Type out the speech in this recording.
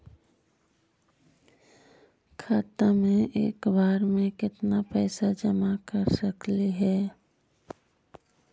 खाता मे एक बार मे केत्ना पैसा जमा कर सकली हे?